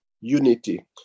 unity